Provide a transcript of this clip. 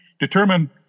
determine